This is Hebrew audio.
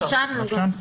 רשמנו גם.